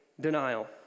denial